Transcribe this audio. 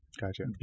Gotcha